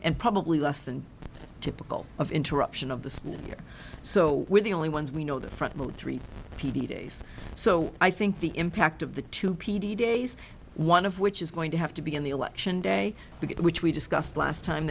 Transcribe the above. and probably less than typical of interruption of the sport here so we're the only ones we know the front three p d days so i think the impact of the two p d days one of which is going to have to be in the election day to get which we discussed last time